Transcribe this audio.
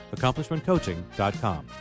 AccomplishmentCoaching.com